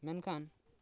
ᱢᱮᱱᱠᱷᱟᱱ